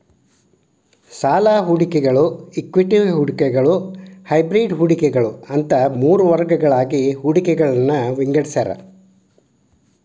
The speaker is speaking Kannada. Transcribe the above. ಸಾಲ ಹೂಡಿಕೆಗಳ ಇಕ್ವಿಟಿ ಹೂಡಿಕೆಗಳ ಹೈಬ್ರಿಡ್ ಹೂಡಿಕೆಗಳ ಅಂತ ಮೂರ್ ವರ್ಗಗಳಾಗಿ ಹೂಡಿಕೆಗಳನ್ನ ವಿಂಗಡಿಸ್ಯಾರ